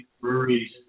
breweries